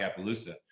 Appaloosa